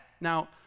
Now